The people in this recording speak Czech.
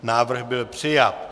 Návrh byl přijat.